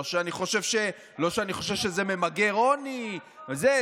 לא שאני חושב שזה ממגר עוני וזה,